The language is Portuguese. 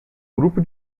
grupo